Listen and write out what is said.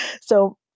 So-